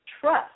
trust